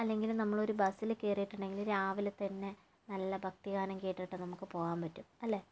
അല്ലെങ്കില് നമ്മളൊരു ബസിൽ കയറിയിട്ടുടെങ്കില് രാവിലെ തന്നെ നല്ല ഭക്തി ഗാനം കേട്ടിട്ട് നമുക്ക് പോവാൻ പറ്റും അല്ലേ